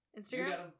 Instagram